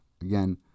Again